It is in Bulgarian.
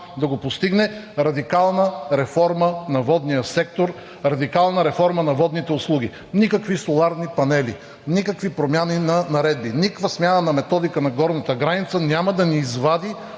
да постигне това, е радикална реформа на водния сектор, радикална реформа на водните услуги. Никакви соларни панели, никакви промени на наредби, никаква смяна на методика на горната граница няма да ни извади